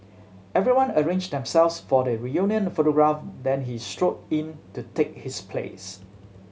everyone arranged themselves for the reunion photograph then he strode in to take his place